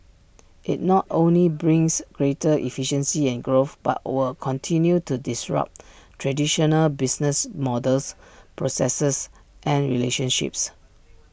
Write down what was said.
IT not only brings greater efficiency and growth but will continue to disrupt traditional business models processes and relationships